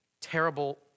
terrible